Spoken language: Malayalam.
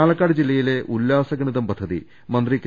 പാലക്കാട് ജില്ലയിലെ ഉല്ലാസ ഗണിതം പദ്ധതി മന്ത്രി കെ